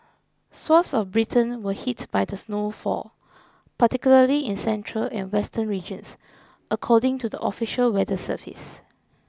swathes of Britain were hit by the snowfall particularly in central and western regions according to the official weather service